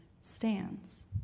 stands